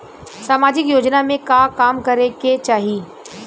सामाजिक योजना में का काम करे के चाही?